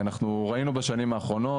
אנחנו ראינו בשנים האחרונות,